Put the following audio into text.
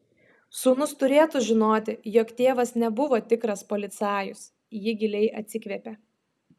sūnus turėtų žinoti jog tėvas nebuvo tikras policajus ji giliai atsikvėpė